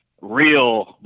real